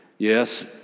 Yes